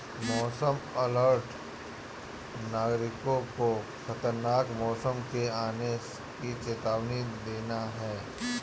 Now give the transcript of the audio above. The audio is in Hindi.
मौसम अलर्ट नागरिकों को खतरनाक मौसम के आने की चेतावनी देना है